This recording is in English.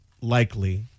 likely